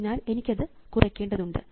അതിനാൽ എനിക്കത് കുറയ്ക്കേണ്ടതുണ്ട്